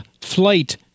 Flight